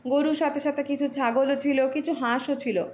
গরুর সাথে সাথে কিছু ছাগলও ছিলো কিছু হাঁসও ছিলো